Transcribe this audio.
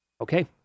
Okay